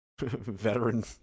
veteran